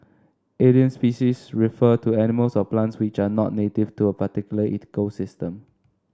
alien species refer to animals or plants which are not native to a particular ecosystem